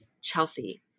Chelsea